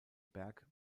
berg